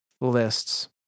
lists